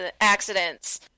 accidents